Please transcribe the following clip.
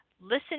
Listen